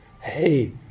hey